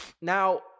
Now